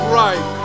right